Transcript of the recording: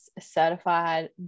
certified